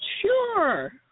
Sure